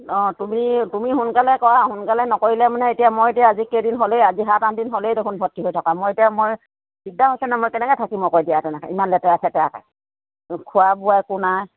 অঁ তুমি তুমি সোনকালে কৰা সোনকালে নকৰিলে মানে এতিয়া মই এতিয়া আজি কেইদিন হ'লেই আজি সাত আঠদিন হ'লেই দেখোন ভৰ্তি হৈ থকা মই এতিয়া মই দিগদাৰ হৈছে নহয় মই কেনেকৈ থাকিম আকৌ এতিয়া তেনেকৈ ইমান লেতেৰা চেতেৰাকৈ খোৱা বোৱা একো নাই